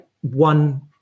one